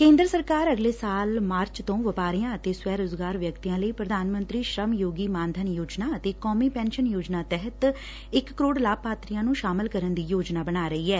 ਕੇਂਦਰ ਸਰਕਾਰ ਅਗਲੇ ਸਾਲ ਮਾਰਚ ਤੋਂ ਵਪਾਰੀਆਂ ਅਤੇ ਸਵੈ ਰੋਜ਼ਗਾਰ ਵਿਅਕਤੀਆਂ ਲਈ ਪ੍ਰਧਾਨ ਮੰਤਰੀ ਸ੍ਰੁਮ ਯੋਗੀ ਮਾਨਧਨ ਯੋਜਨਾ ਅਤੇ ਕੌਮੀ ਪੈਨਸ਼ਨ ਯੋਜਨਾ ਤਹਿਤ ਇਕ ਕਰੋੜ ਲਾਭਪਾਤੀਆਂ ਨੂੰ ਸ਼ਾਮਲ ਕਰਨ ਦੀ ਯੋਜਨਾ ਬਣ ਰਹੀ ਐ